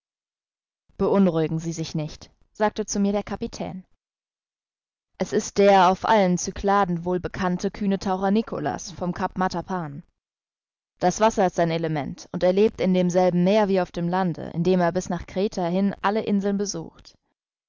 beunruhigen sie sich nicht sagte zu mir der kapitän es ist der auf allen cykladen wohl bekannte kühne taucher nicolas vom cap matapan das wasser ist sein element und er lebt in demselben mehr wie auf dem lande indem er bis nach kreta hin alle inseln besucht